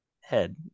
head